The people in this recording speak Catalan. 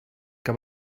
que